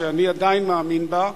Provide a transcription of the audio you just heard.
שאני עדיין מאמין בה.